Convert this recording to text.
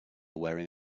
wearing